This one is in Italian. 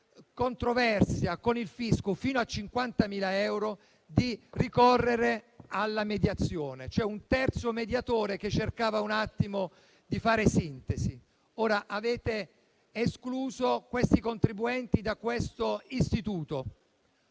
controversia con il fisco fino a 50.000 euro, di ricorrere alla mediazione, cioè a un terzo mediatore che cercava di fare sintesi. Ora avete escluso questi contribuenti da questo istituto.